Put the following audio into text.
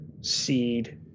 seed